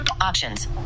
options